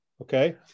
Okay